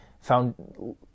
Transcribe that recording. found